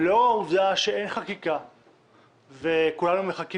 ולאור העובדה שאין חקיקה וכולנו מחכים